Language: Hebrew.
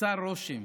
עושה רושם,